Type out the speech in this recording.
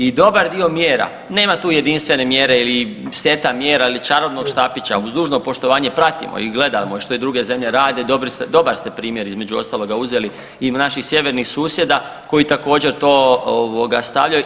I dobar dio mjera, nema tu jedinstvene mjere ili seta mjera ili čarobnog štapića, uz dužno poštovanje, pratimo i gledamo što druge zemlje rade, dobar ste primjer između ostaloga uzeli i naših sjevernih susjeda koji također to stavljaju.